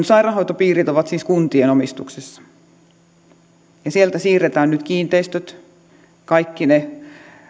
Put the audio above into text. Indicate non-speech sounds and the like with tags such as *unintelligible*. *unintelligible* sairaanhoitopiirit ovat siis kuntien omistuksessa ja sieltä siirretään nyt kiinteistöt kaikkine